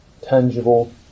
tangible